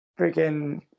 freaking